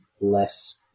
less